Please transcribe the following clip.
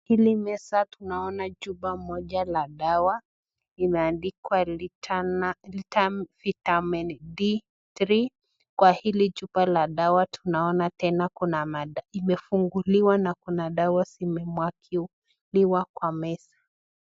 Hili meza tunaona chupa moja la dawa ,imeandikwa lita vitamin D3 kwa hili chupa la dawa ,tunaona tena imefunguliwa na kuna dawa zimemwagika kwa meza.